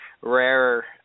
rarer